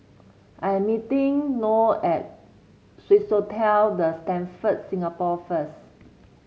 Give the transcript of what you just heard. I am meeting Noe at Swissotel The Stamford Singapore first